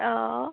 অঁ